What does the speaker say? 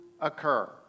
occur